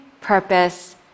purpose